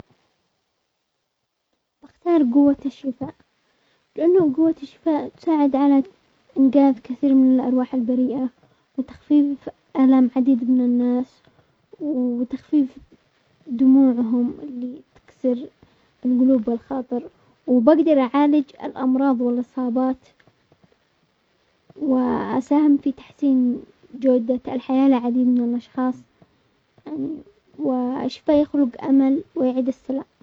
بختار قوة الشفاء، لانه قوة الشفاء تساعد على انقاذ كثير من الارواح البريئة وتخفيف الالام عديد من الناس، وتخفيف دموعهم اللي تكسر القلوب والخاطر، وبقدر اعالج الامراض والاصابات واساهم في تحسين جودة الحياة لعديد من الاشخاص، يعني و الشفاء يخرج امل ويعيد السلام.